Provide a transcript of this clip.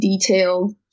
detailed